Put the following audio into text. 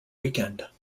weekend